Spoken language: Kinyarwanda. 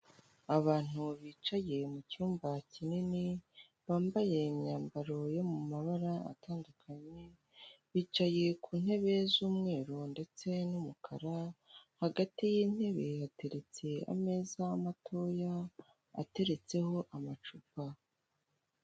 Abantu bicaye mu cyumba kinini, bambaye imyambaro yo mu mabara atandukanye, bicaye ku ntebe z'umweru ndetse n'umukara, hagati y'intebe hateretse ameza matoya, ateretseho amacupa.